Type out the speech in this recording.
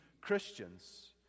Christians